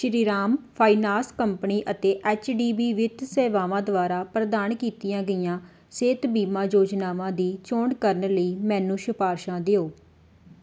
Shriram finance company ਅਤੇ H D V ਵਿੱਤ ਸੇਵਾਵਾਂ ਦੁਆਰਾ ਪ੍ਰਦਾਨ ਕੀਤੀਆਂ ਗਈਆਂ ਸਿਹਤ ਬੀਮਾ ਯੋਜਨਾਵਾਂ ਦੀ ਚੋਣ ਕਰਨ ਲਈ ਮੈਨੂੰ ਸਿਫ਼ਾਰਸ਼ਾਂ ਦਿਓ